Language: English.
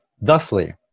thusly